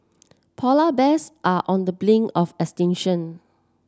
polar bears are on the blink of extinction